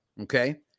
okay